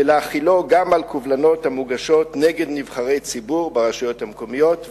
ולהחילו גם על קובלנות המוגשות נגד נבחרי ציבור ברשויות המקומיות.